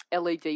led